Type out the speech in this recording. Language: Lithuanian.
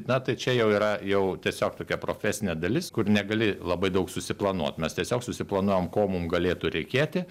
na tai čia jau yra jau tiesiog tokia profesinė dalis kur negali labai daug susiplanuot mes tiesiog susiplanuojam ko mum galėtų reikėti